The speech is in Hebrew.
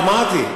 אמרתי,